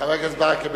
חבר הכנסת ברכה,